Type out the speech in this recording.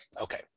Okay